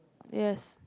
yes